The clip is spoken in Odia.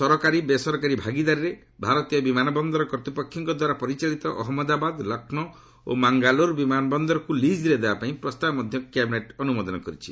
ସରକାରୀ ବେସରକାରୀ ଭାଗିଦାରୀରେ ଭାରତୀୟ ବିମାନ ବନ୍ଦର କର୍ତ୍ତ୍ୱପକ୍ଷଙ୍କ ଦ୍ୱାରା ପରିଚାଳିତ ଅହମ୍ମଦାବାଦ ଲକ୍ଷ୍ମୌ ଓ ମାଙ୍ଗାଲୁର୍ ବିମାନ ବନ୍ଦରକୁ ଲିଜ୍ରେ ଦେବାପାଇଁ ପ୍ରସ୍ତାବକୁ ମଧ୍ୟ କ୍ୟାବିନେଟ୍ ଅନୁମୋଦନ କରିଛି